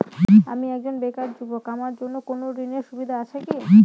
আমি একজন বেকার যুবক আমার জন্য কোন ঋণের সুবিধা আছে কি?